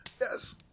yes